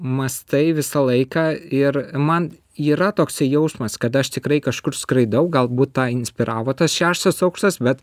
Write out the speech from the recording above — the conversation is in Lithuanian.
mąstai visą laiką ir man yra toksai jausmas kad aš tikrai kažkur skraidau galbūt tą inspiravo tas šeštas aukštas bet